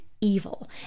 evil